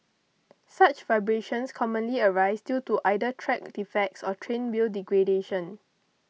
such vibrations commonly arise due to either track defects or train wheel degradation